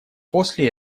после